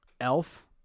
Elf